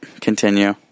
Continue